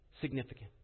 significant